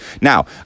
Now